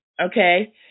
Okay